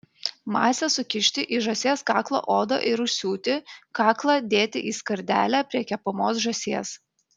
masę sukišti į žąsies kaklo odą ir užsiūti kaklą dėti į skardelę prie kepamos žąsies